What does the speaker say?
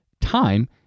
time